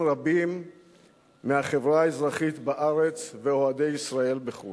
רבים מהחברה האזרחית בארץ ואוהדי ישראל בחו"ל.